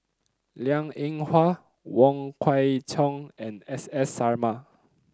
Liang Eng Hwa Wong Kwei Cheong and S S Sarma